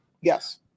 Yes